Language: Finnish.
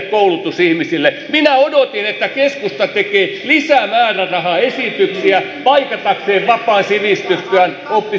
minä odotin että keskusta tekee lisämäärärahaesityksiä paikatakseen vapaan sivistystyön oppisopimuskoulutuksen määrärahoja